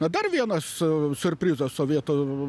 na dar vienas siurprizas sovietų